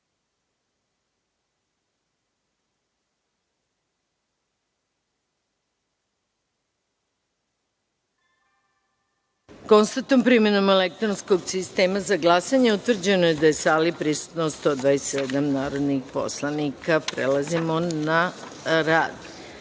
da je, primenom elektronskog sistema za glasanje, utvrđeno da je u sali prisutno 127 narodnih poslanika. Prelazimo na